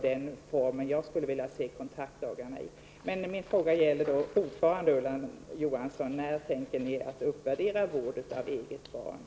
Min fråga till Ulla Johansson är fortfarande: När tänker ni uppvärdera vård av eget barn?